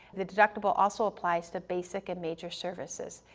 the deductible also applies to basic and major services,